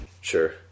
Sure